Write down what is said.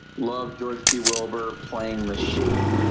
love george p wilbur playing the shape